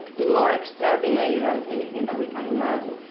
more extraordinary than anything that we can imagine.